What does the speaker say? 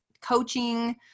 coaching